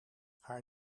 haar